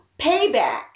Payback